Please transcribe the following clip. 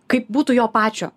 kaip būtų jo pačio